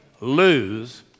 lose